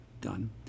done